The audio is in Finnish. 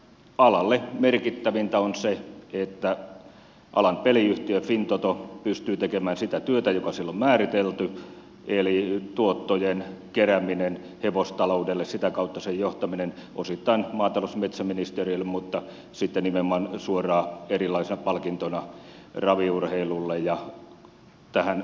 alalle merkittävintä on se että alan peliyhtiö fintoto pystyy tekemään sitä työtä joka sille on määritelty eli tuottojen kerääminen hevostaloudelle sitä kautta sen johtaminen osittain maa ja metsätalousministeriölle mutta nimenomaan suoraan erilaisina palkintoina raviurheilulle ja tähän toimintaan